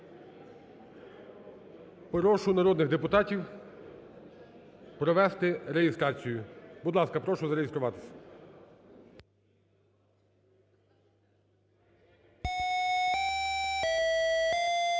Прошу народних депутатів провести реєстрацію. Будь ласка, прошу зареєструватись.